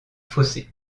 fossé